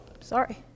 sorry